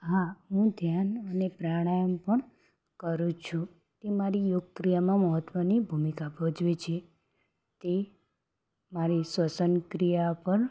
હા હું ધ્યાન અને પ્રાણાયામ પણ કરું છું તે મારી યોગ ક્રિયામાં મહત્વની ભૂમિકા ભજવે છે તે મારી શ્વસન ક્રિયા પર